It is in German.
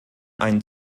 einen